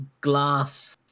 glass